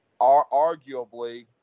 arguably